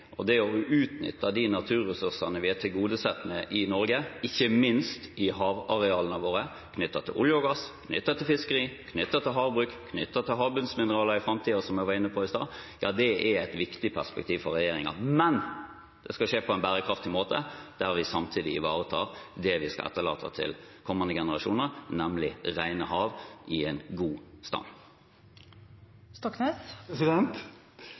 Å utnytte de naturressursene vi er tilgodesett med i Norge, ikke minst i havarealene våre – knyttet til olje og gass, fiskeri og havbruk, og til havbunnsmineraler i framtiden, som jeg var inne på i stad – er et viktig perspektiv for regjeringen. Men det skal skje på en bærekraftig måte, der vi samtidig ivaretar det vi skal etterlate til kommende generasjoner, nemlig rene hav i en god